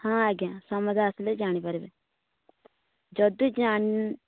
ହଁ ଆଜ୍ଞା ସମସ୍ତେ ଆସିଲେ ଜାଣି ପାରିବେ ଯଦି ଜାଣି